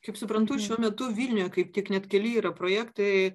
kaip suprantu šiuo metu vilniuj kaip tik net keli yra projektai